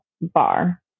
bar